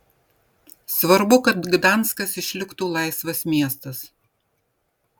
svarbu kad gdanskas išliktų laisvas miestas